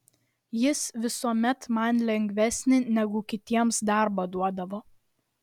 jis visuomet man lengvesnį negu kitiems darbą duodavo